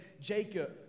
Jacob